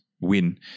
win